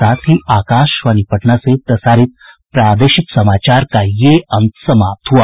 इसके साथ ही आकाशवाणी पटना से प्रसारित प्रादेशिक समाचार का ये अंक समाप्त हुआ